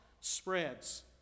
spreads